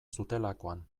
zutelakoan